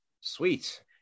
Sweet